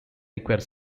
require